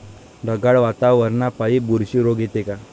ढगाळ वातावरनापाई बुरशी रोग येते का?